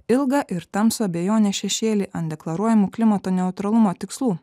ilgą ir tamsų abejonės šešėlį ant deklaruojamų klimato neutralumo tikslų